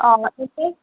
অ'